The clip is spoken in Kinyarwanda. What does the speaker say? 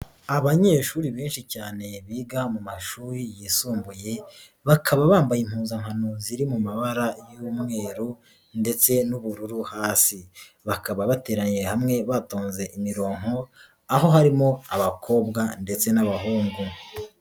Abanyeshuri benshi cyane biga mu mashuri yisumbuye, bakaba bambaye impuzankano ziri mu mabara y'umweru ndetse n'ubururu hasi. Bakaba bateraniye hamwe batonze imironko ,aho harimo abakobwa ndetse n'abahungu.